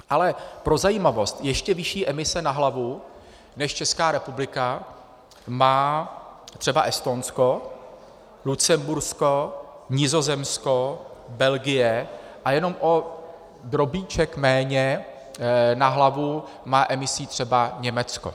Ale pro zajímavost ještě vyšší emise na hlavu než Česká republika má třeba Estonsko, Lucembursko, Nizozemsko, Belgie a jenom o drobíček méně na hlavu má emisí třeba Německo.